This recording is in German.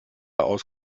aus